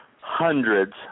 hundreds